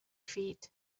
feet